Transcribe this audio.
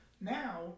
Now